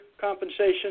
compensation